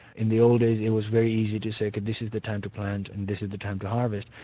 in the old days, it was very easy to say, this is the time to plant and this is the time to harvest.